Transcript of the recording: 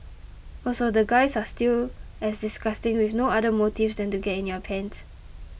also the guys are still as disgusting with no other motives than to get in your pants